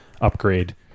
upgrade